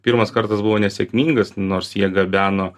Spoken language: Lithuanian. pirmas kartas buvo nesėkmingas nors jie gabeno